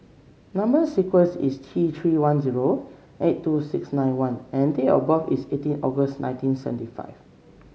number sequence is T Three one zero eight two six nine one and date of birth is eighteen August nineteen seventy five